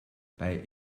bei